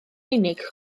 unig